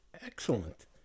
Excellent